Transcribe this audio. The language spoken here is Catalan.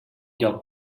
lloc